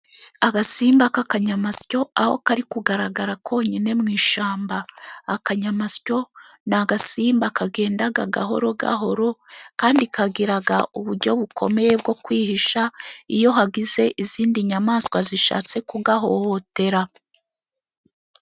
Agasimba k'akanyamasyo, aho kari kugaragara konyine mu ishyamba. Akanyamasyo ni agasimba kagenda gahoro gahoro, kandi kagira uburyo bukomeye bwo kwihisha iyo hagize izindi nyamaswa zishatse kugahohotera.